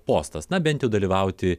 postas na bent jau dalyvauti